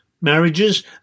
marriages